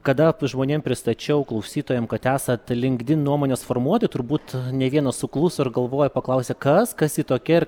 kada žmonėm pristačiau klausytojam kad esat linkdin nuomonės formuotoja turbūt ne vienas sukluso ir galvojo paklausė kas kas ji tokia ir